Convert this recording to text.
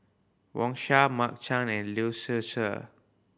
Wang Sha Mark Chan and Lee Seow Ser